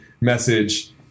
message